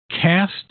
cast